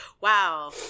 wow